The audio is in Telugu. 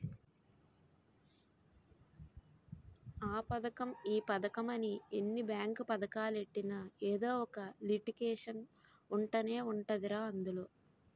ఆ పదకం ఈ పదకమని ఎన్ని బేంకు పదకాలెట్టినా ఎదో ఒక లిటికేషన్ ఉంటనే ఉంటదిరా అందులో